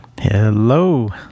Hello